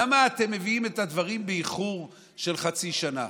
למה אתם מביאים את הדברים באיחור של חצי שנה?